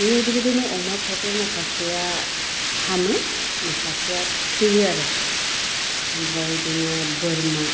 बिदि बिदिनो अमाफ्रा माखासेया हामो माखासेया थैयो आरो आमफ्राय बेदिनो बोरमा